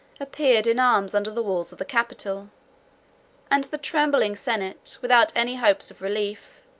appeared in arms under the walls of the capital and the trembling senate, without any hopes of relief,